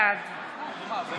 בעד אני שוקל, אני שוקל.